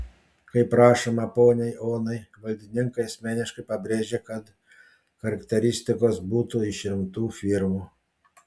kaip rašoma poniai onai valdininkai asmeniškai pabrėžė kad charakteristikos būtų iš rimtų firmų